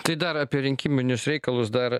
tai dar apie rinkiminius reikalus dar